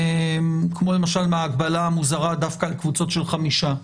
כמו למשל מההגבלה המוזרה דווקא על קבוצות של חמישה,